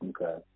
Okay